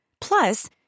Plus